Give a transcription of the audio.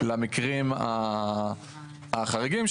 למקרים החריגים,